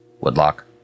Woodlock